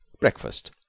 Breakfast